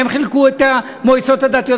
והם חילקו את המועצות הדתיות,